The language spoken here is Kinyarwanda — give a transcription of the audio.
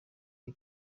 iyi